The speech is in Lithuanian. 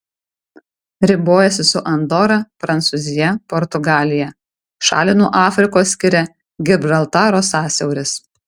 ribojasi su andora prancūzija portugalija šalį nuo afrikos skiria gibraltaro sąsiauris